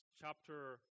chapter